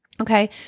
Okay